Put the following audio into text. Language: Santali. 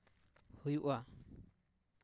ᱦᱩᱭᱩᱜᱼᱟ